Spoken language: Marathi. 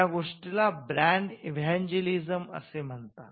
या गोष्टीला 'ब्रँड एवंजेलिसम ' असे म्हणतात